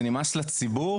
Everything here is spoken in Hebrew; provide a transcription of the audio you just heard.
זה נמאס לציבור,